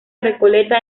recoleta